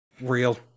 Real